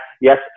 yes